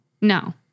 No